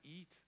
eat